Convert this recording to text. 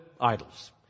idols